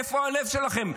איפה הלב שלכם?